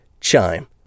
Chime